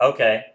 Okay